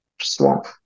swamp